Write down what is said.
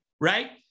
right